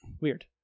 Weird